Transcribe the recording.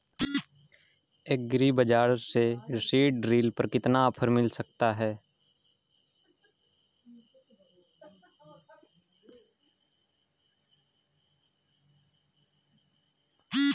Agree Bazaar से seed drill पर कितना ऑफर मिल सकता है?